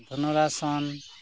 ᱫᱷᱚᱱᱩᱨᱟᱥᱚᱱ